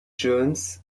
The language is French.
jones